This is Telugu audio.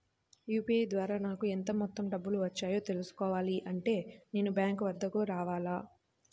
యూ.పీ.ఐ ద్వారా నాకు ఎంత మొత్తం డబ్బులు వచ్చాయో తెలుసుకోవాలి అంటే నేను బ్యాంక్ వద్దకు రావాలా?